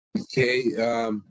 Okay